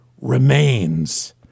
remains